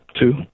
two